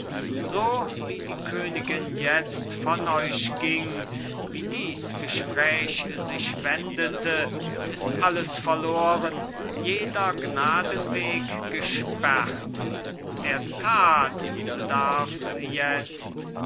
so wie die königin jetzt von euch ging wie dies gespräch sich wendete ist alles verloren jeder gnadenwege gesperrt der tat bedarf's jetzt